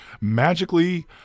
magically